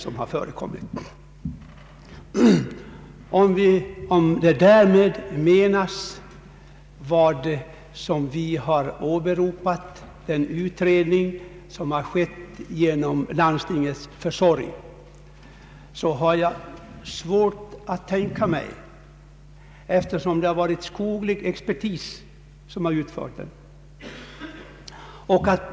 Om därmed skulle menas den av oss åberopade utredningen, som gjorts genom landstingets försorg, har jag svårt att tänka mig att den karakteristiken är berättigad, eftersom det har varit skoglig expertis som gjort utredningen.